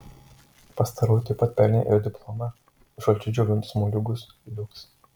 pastaroji taip pat pelnė ir diplomą už šalčiu džiovintus moliūgus liuks